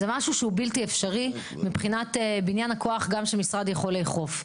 זה משהו שהוא בלתי אפשרי מבחינת בניין הכוח גם שמשרד יכול לאכוף.